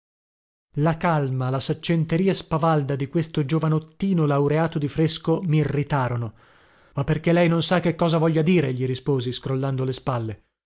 la calma la saccenteria spavalda di questo giovanottino laureato di fresco mirritarono ma perché lei non sa che cosa voglia dire gli risposi scrollando le spalle